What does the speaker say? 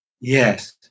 Yes